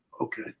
Okay